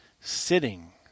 sitting